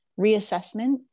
reassessment